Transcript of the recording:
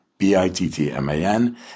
B-I-T-T-M-A-N